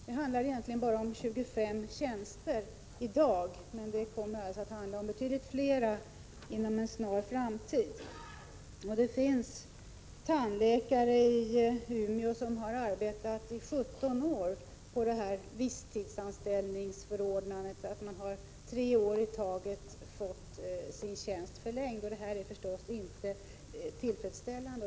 Det gäller i dag bara 25 tjänster, men det kommer att handla om betydligt flera inom en snar framtid. Det finns tandläkare i Umeå som har arbetat 17 år med visstidsförordnande. De har fått sina anställningar förlängda för tre år i taget. Det är givetvis inte tillfredsställande.